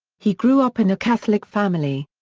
he grew up in a catholic family.